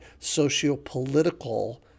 sociopolitical